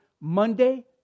Monday